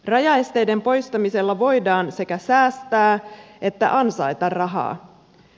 rajaesteiden poistamisella voidaan sekä säästää että ansaita rahaa